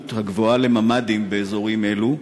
העלות הגבוהה של הממ"דים באזורים אלו,